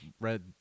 read –